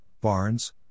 Barnes